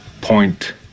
point